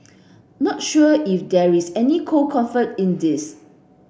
not sure if there is any cold comfort in this